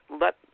let